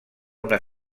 una